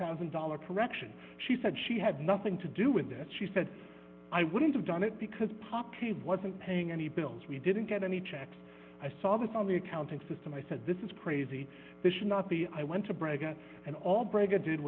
thousand dollars for action she said she had nothing to do with that she said i wouldn't have done it because poppy wasn't paying any bills we didn't get any checks i saw this on the accounting system i said this is crazy this should not be i went to brigham and all br